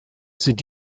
sind